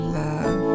love